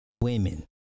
women